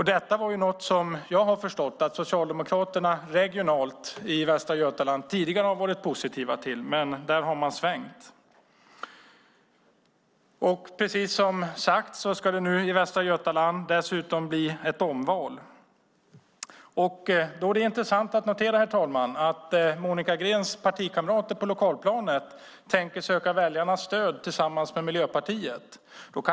Detta har Socialdemokraterna i Västra Götaland tidigare varit positiva till, men där har man svängt. Nu ska det som sagt bli omval i Västra Götaland. Då kan man notera, herr talman, att Monica Greens partikamrater på lokalplanet tänker söka väljarnas stöd tillsammans med Miljöpartiet.